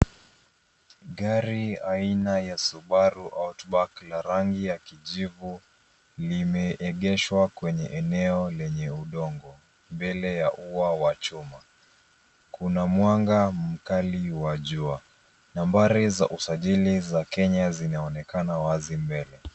Gari aina ya subaru hotback la rangi ya kijivu limeegeshwa kwenye eneo lenye udongo mbele ya ua wa chuma. Kuna mwanga mkali wa jua, nambari za usajili wa Kenya zinaonekana wazi mbele.